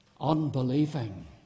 unbelieving